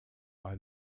are